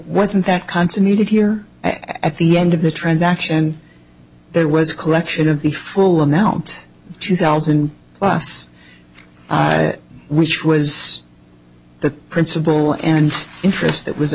wasn't that consummated here at the end of the transaction there was a collection of the full amount two thousand plus which was the principal and interest that was